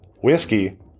whiskey